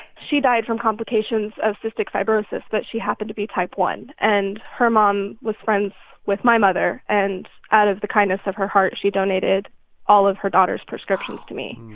she died from complications of cystic fibrosis, but she happened to be type one. and her mom was friends with my mother. and out of the kindness of her heart, she donated all of her daughter's prescriptions to me.